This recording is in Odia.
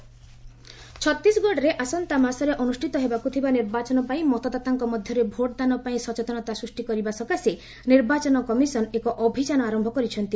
ଛତିଶଗଡ଼ ଇଲେକ୍ସନ୍ ଛତିଶଗଡ଼ରେ ଆସନ୍ତାମାସରେ ଅନୁଷ୍ଠିତ ହେବାକୁ ଥିବା ନିର୍ବାଚନପାଇଁ ମତଦାତାଙ୍କ ମଧ୍ୟରେ ଭୋଟଦାନ ପାଇଁ ସଚେତନତା ସୃଷ୍ଟି କରିବା ସକାଶେ ନିର୍ବାଚନ କମିଶନ୍ ଏକ ଅଭିଯାନ ଆରମ୍ଭ କରିଛନ୍ତି